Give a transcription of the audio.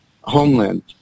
homeland